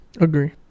agree